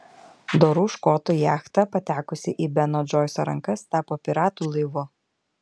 dorų škotų jachta patekusi į beno džoiso rankas tapo piratų laivu